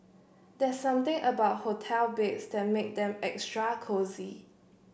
there's something about hotel beds that make them extra cosy